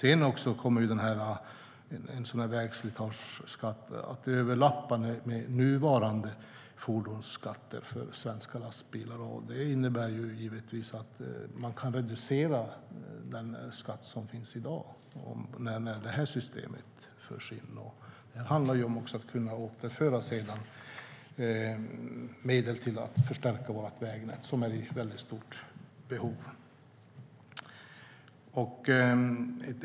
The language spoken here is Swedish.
En vägslitageavgift kommer att överlappa med nuvarande fordonsskatter för svenska lastbilar. Det innebär givetvis att man kan reducera den skatt som finns i dag när det här systemet införs. Det handlar om att kunna återföra medel till att förstärka vårt vägnät som är i väldigt stort behov av det.